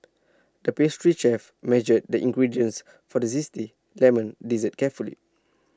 the pastry chef measured the ingredients for the Zesty Lemon Dessert carefully